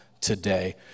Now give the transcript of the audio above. today